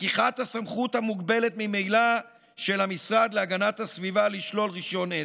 לקיחת הסמכות המוגבלת ממילא של המשרד להגנת הסביבה לשלול רישיון עסק.